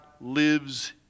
lives